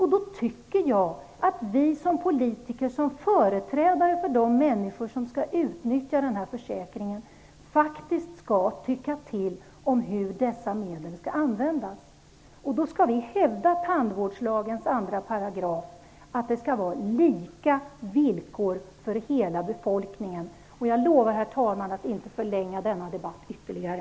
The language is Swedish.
Jag tycker att vi skall som politiker, som företrädare för de människor som skall utnyttja försäkringen, faktiskt skall tycka till om hur dessa medel skall användas. Vi skall hävda tandvårdslagens 2 §, dvs. att det skall vara lika villkor för hela befolkningen. Herr talman! Jag lovar att inte förlänga denna debatt ytterligare.